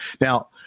Now